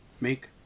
make